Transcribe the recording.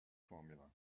formula